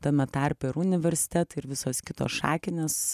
tame tarpe ir universitetai ir visos kitos šakinės